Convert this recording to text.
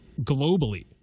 globally